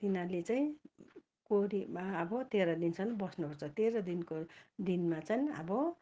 तिनीहरूले चाहिँ कोरामा अब तेह्र दिनसम्म बस्नुपर्छ तेह्र दिनको दिनमा चाहिँ अब